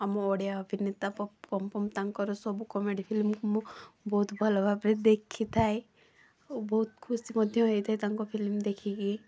ଆମ ଓଡ଼ିଆ ଅଭିନେତା ପପୁ ପମପମ ତାଙ୍କର ସବୁ କମେଡ଼ି ଫିଲ୍ମ ମୁଁ ବହୁତ ଭଲ ଭାବରେ ଦେଖିଥାଏ ଆଉ ବହୁତ ଖୁସି ମଧ୍ୟ ହେଇଥାଏ ତାଙ୍କ ଫିଲ୍ମ ଦେଖିକି